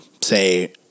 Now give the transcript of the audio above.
say